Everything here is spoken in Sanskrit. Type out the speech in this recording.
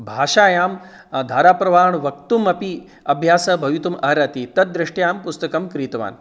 भाषायां धाराप्रवाह वक्तुम् अपि अभ्यासः भवितुम् अर्हति तत् दृष्ट्यां पुस्तकं क्रीतवान्